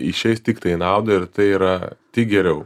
išeis tiktai į naudą ir tai yra tik geriau